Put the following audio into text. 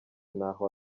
n’aho